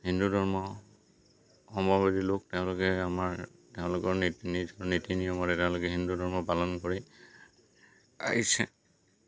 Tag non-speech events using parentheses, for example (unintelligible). হিন্দু ধৰ্ম (unintelligible) লোক তেওঁলোকে আমাৰ তেওঁলোকৰ নীতি নিয়মৰে তেওঁলোকে হিন্দু ধৰ্ম পালন কৰি আহিছে